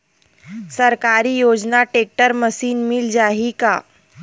सरकारी योजना tractor machine मिल जाही का?